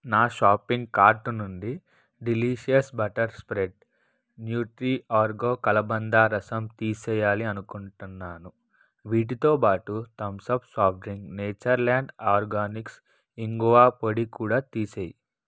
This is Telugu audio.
నా షాపింగ్ కార్టు నుండి delicious butter spray Nutriorg కలబంద రసం తీసేయాలి అనుకుంటున్నాను వీటితోబాటు Thums Up soft drink Natureland Organics ఇంగువ పొడి కూడా తీసేయి